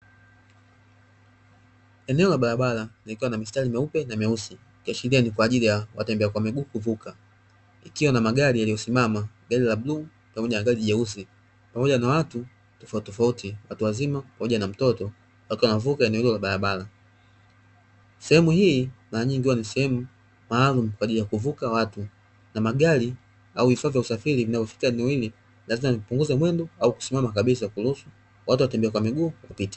eneo la barabara likiwa na mistari meupe na meusi ikiashiria ni kwaajili ya watembea kwa mguu kuvuka .ikiwa na magari yaliyosimama gari la bluu pamoja na gari jeusi pamoja na watu tofauti tofauti watu wazima pamoja na mtoto wakiwa wanavuka eneo hilo la barabara. sehemu hii mara nyingi huwa ni sehemu maalumu kwa ajili ya kuvuka watu ,na magari au vifaa vya usafiri lazima vipunguze mwendo au kusimama kabisa ili kuruhusu watu wa tembea kwa miguu kupita .